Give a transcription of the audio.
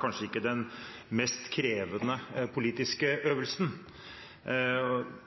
kanskje ikke den mest krevende politiske øvelsen.